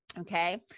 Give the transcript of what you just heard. Okay